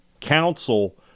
Council